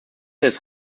des